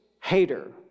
hater